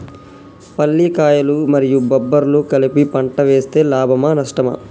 పల్లికాయలు మరియు బబ్బర్లు కలిపి పంట వేస్తే లాభమా? నష్టమా?